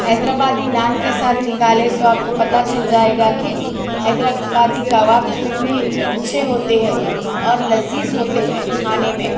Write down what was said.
حیدرآبادی نان کے ساتھ نکالے تو آپ کو پتہ چل جائے گا کہ حیدرآبادی کباب کتنے اچھے ہوتے ہے اور لذیذ ہوتے ہیں کھانے میں